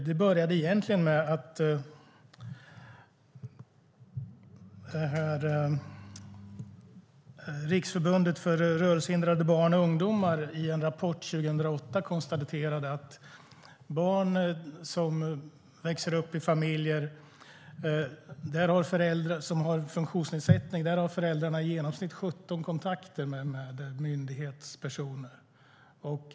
Det började egentligen med att Riksförbundet för Rörelsehindrade Barn och Ungdomar i en rapport 2008 konstaterade att föräldrar till barn med funktionsnedsättning i genomsnitt har 17 kontakter med myndighetspersoner.